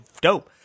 dope